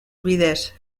bidez